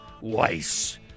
Weiss